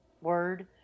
word